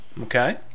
Okay